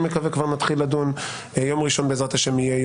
יבוא ביום ראשון.